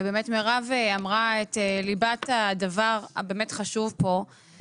באמת מירב אמרה את ליבת הדבר הבאמת חשוב פה.